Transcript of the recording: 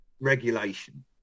regulation